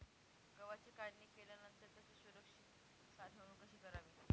गव्हाची काढणी केल्यानंतर त्याची सुरक्षित साठवणूक कशी करावी?